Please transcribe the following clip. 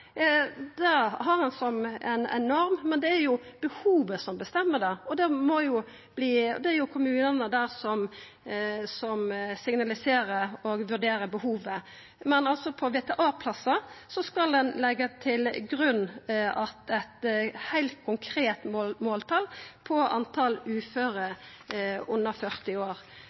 år. Men ein bruker ikkje dette som eit tildelingskriterium for sjukeheimsplassar. Det har ein som ei norm, men det er behovet som bestemmer det. Det er kommunane som signaliserer og vurderer behovet. Men for VTA-plassar skal ein leggja til grunn eit heilt konkret måltal for talet på uføre under 40 år.